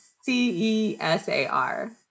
C-E-S-A-R